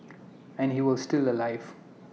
and he was still alive